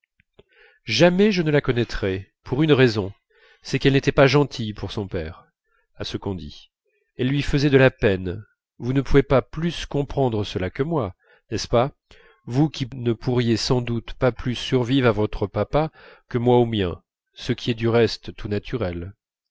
jamais je la connaîtrai pour une raison c'est qu'elle n'était pas gentille pour son père à ce qu'on dit elle lui faisait de la peine vous ne pouvez pas plus comprendre cela que moi n'est-ce pas vous qui ne pourriez sans doute pas plus survivre à votre papa que moi au mien ce qui est du reste tout naturel